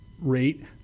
rate